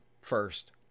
first